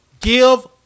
give